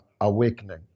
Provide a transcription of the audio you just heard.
Awakening